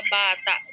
bata